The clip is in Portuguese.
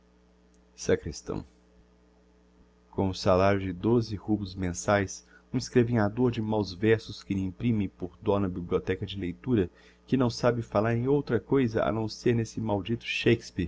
com um salario de doze rublos mensaes um escrevinhador de máus versos que lhe imprimem por dó na bibliothéca de leitura que não sabe falar em outra coisa a não ser n'esse maldito